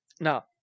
Now